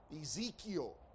Ezekiel